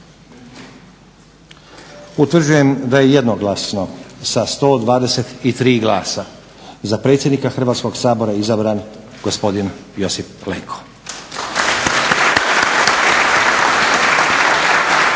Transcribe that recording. Utvrđujem da je jednoglasno sa 123 glasa za predsjednika Hrvatskog sabora izabran gospodin Josip Leko.